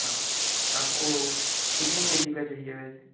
हाँ आपको कितने केजी का चाहिए वैसे